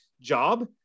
job